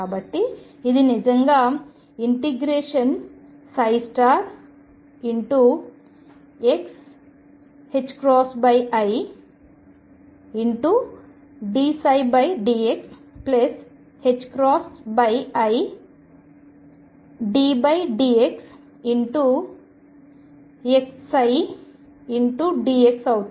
కాబట్టి ఇది నిజంగా ∫xidψdxiddxxψdx అవుతుంది